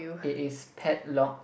it is padlock